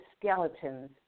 skeletons